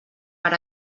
per